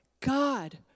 God